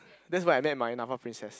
that's where I met my NAFA princess